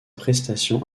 prestation